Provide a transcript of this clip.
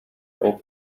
opened